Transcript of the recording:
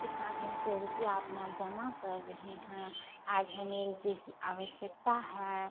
इतना दिन से रुपिया अपना जमा कर रहे हैं आज हमें रुपए की आवश्यकता है